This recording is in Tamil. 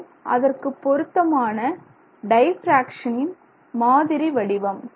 இது அதற்குப் பொருத்தமான டை பிராக்சன் மாதிரி வடிவம்